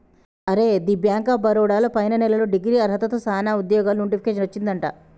అరే the bank of Baroda లో పైన నెలలో డిగ్రీ అర్హతతో సానా ఉద్యోగాలు నోటిఫికేషన్ వచ్చిందట